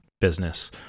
business